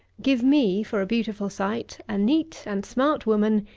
give me, for a beautiful sight, a neat and smart woman,